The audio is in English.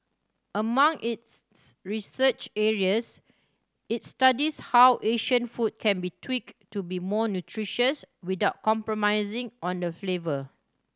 among its research areas it studies how Asian food can be tweaked to be more nutritious without compromising on the flavour